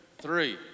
three